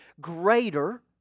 greater